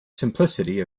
simplicity